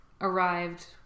arrived